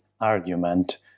argument